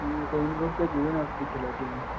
ठीक ऐ कोई निं तुस भेज्जी ओड़ेओ निं अस दिक्खी लैगे भी